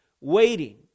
Waiting